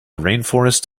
rainforests